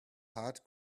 heart